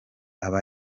aba